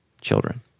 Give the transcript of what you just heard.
children